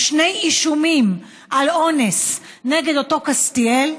או שני אישומים, על אונס נגד אותו קסטיאל.